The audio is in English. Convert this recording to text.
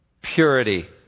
purity